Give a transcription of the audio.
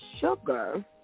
sugar